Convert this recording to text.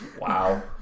Wow